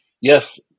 yes